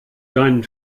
deinen